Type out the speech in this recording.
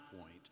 point